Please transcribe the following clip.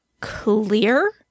clear